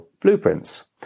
blueprints